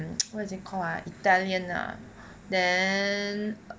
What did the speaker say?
um what is it called ah italian lah then